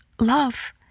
love